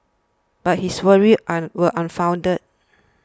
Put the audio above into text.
but his worries an were unfounded